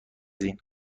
این